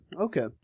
Okay